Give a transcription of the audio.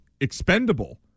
expendable